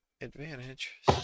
advantage